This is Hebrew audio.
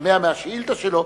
משתמע מהשאילתא שלו,